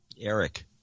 Eric